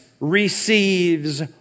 receives